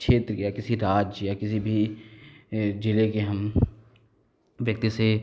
क्षेत्र या किसी राज्य या किसी भी ये जिले के हम व्यक्ति से